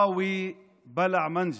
(אומר בערבית ומתרגם:)